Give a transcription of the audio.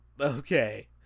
Okay